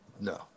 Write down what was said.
No